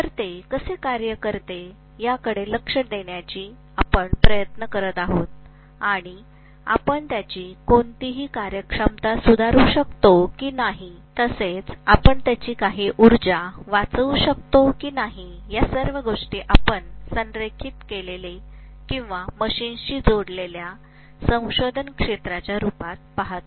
तर ते कसे कार्य करते याकडे लक्ष देण्याचा आम्ही प्रयत्न करीत आहोत आणि आम्ही त्याची कोणतीही कार्यक्षमता सुधारू शकतो की नाही आम्ही काही ऊर्जा वाचवू शकतो की नाही या सर्व गोष्टी आपण संरेखित केलेले किंवा मशीन्सशी जोडलेल्या संशोधन क्षेत्राच्या रूपात पाहतो